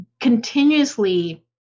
continuously